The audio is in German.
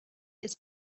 ist